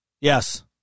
Yes